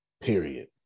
Period